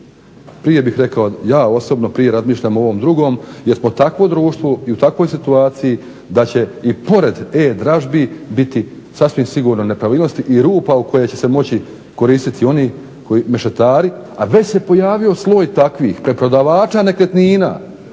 Prije bih rekao, ja osobno razmišljam o ovom drugom jer smo takvo društvo i u takvoj situaciji da će i pored e-dražbi biti sasvim sigurno nepravilnosti i rupa u koje će se moći koristiti oni mešetari, a već se pojavio sloj takvih preprodavača nekretnina.